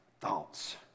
thoughts